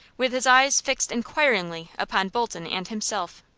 with his eyes fixed inquiringly upon bolton and himself.